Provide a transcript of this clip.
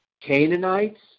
Canaanites